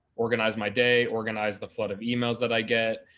organize my day organize the flood of emails that i get.